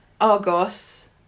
Argos